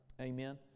Amen